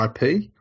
IP